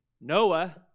Noah